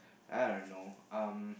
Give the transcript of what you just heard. I don't know um